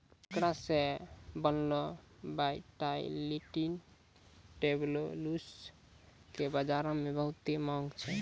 एकरा से बनलो वायटाइलिटी टैबलेट्स के बजारो मे बहुते माँग छै